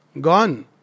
Gone